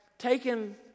taken